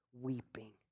weeping